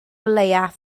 leiaf